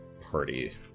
party